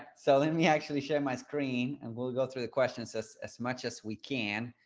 so let me actually share my screen and we'll go through the questions as as much as we can.